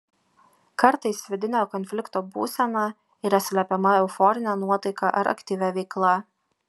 kartais vidinio konflikto būsena yra slepiama euforine nuotaika ar aktyvia veikla